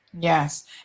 Yes